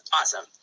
awesome